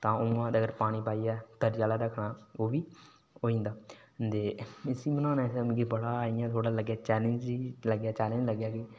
तां उ'आं ते पानी पाइयै तरी आह्ला रक्खना ओह्बी होई जंदा ते इसी बनांदे मिगी इं'या लग्गेआ के चेलैंज ई चेलैंज लग्गेआ कि